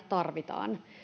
tarvitaan